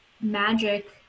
magic